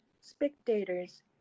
spectators